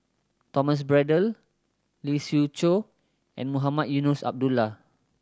Thomas Braddell Lee Siew Choh and Mohamed Eunos Abdullah